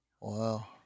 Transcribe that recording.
Wow